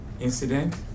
incident